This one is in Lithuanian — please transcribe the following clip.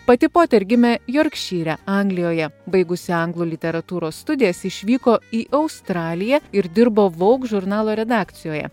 pati poter gimė jorkšyre anglijoje baigusi anglų literatūros studijas išvyko į australiją ir dirbo vogue žurnalo redakcijoje